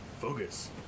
Focus